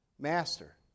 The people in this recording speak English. Master